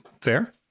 fair